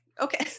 okay